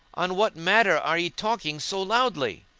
on what matter are ye talking so loudly?